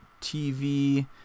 TV